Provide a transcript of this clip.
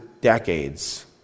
decades